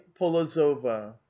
polozova